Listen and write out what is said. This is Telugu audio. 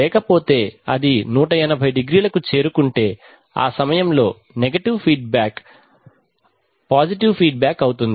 లేకపోతే అది 180˚ కి చేరుకుంటే ఆ సమయంలో negative feedback positive feedback అవుతుంది